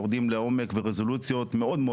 הם יורדים לעומק ולרזולוציות מאוד מאוד